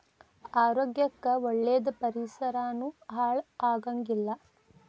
ಆರೋಗ್ಯ ಕ್ಕ ಒಳ್ಳೇದ ಪರಿಸರಾನು ಹಾಳ ಆಗಂಗಿಲ್ಲಾ